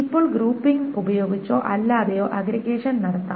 ഇപ്പോൾ ഗ്രൂപ്പിംഗ് ഉപയോഗിച്ചോ അല്ലാതെയോ അഗ്ഗ്രിഗേഷൻ നടത്താം